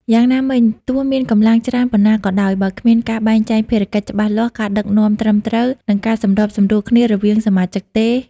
យ៉ាងណាមិញ ទោះមានកម្លាំងច្រើនប៉ុណ្ណាក៏ដោយ បើគ្មានការបែងចែកភារកិច្ចច្បាស់លាស់ ការដឹកនាំត្រឹមត្រូវ និងការសម្របសម្រួលគ្នារវាងសមាជិកទេ។